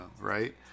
Right